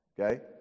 Okay